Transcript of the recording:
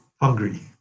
hungry